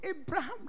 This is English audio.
Abraham